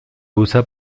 usa